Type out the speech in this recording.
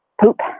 poop